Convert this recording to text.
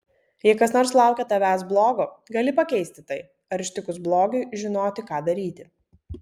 jei kas nors laukia tavęs blogo gali pakeisti tai ar ištikus blogiui žinoti ką daryti